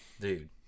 dude